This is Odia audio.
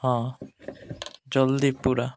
ହଁ ଜଲ୍ଦି ପୁରା